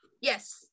yes